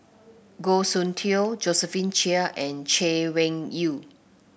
Goh Soon Tioe Josephine Chia and Chay Weng Yew